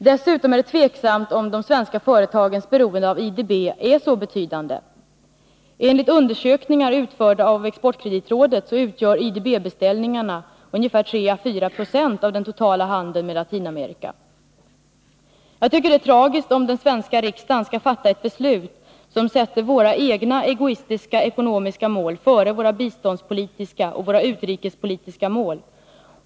Dessutom är det tveksamt om de svenska företagens beroende av IDB är så betydande. Enligt undersökningar som gjorts av exportkreditrådet utgör IDB-beställningarna ungefär 3 å 4 20 av den totala handeln med Latinamerika. Jag tycker att det vore tragiskt om den svenska riksdagen fattade ett beslut som sätter våra egna egoistiska ekonomiska mål före våra biståndspolitiska och utrikespolitiska mål.